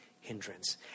hindrance